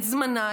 את זמנה,